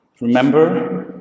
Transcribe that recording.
Remember